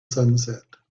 sunset